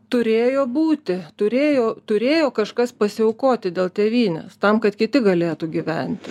turėjo būti turėjo turėjo kažkas pasiaukoti dėl tėvynės tam kad kiti galėtų gyventi